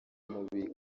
umubiri